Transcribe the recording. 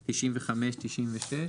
95-96?